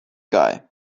guy